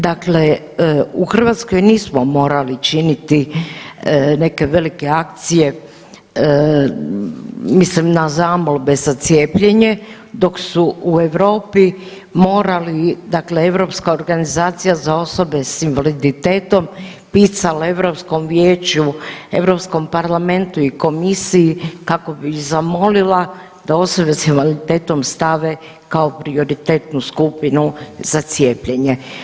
Dakle, u Hrvatskoj nismo morali činiti neke velike akcije, mislim na zamolbe za cijepljenje, dok su u Europi morali, dakle Europska organizacija za osobe s invaliditetom pisale Europskom vijeću, Europskom parlamentu i komisiji kako bi ih zamolila da osobe s invaliditetom stave kao prioritetnu skupinu za cijepljenje.